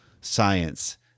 science